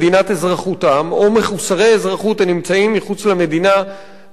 אזרחותם או מחוסרי אזרחות הנמצאים מחוץ למדינה שבה הם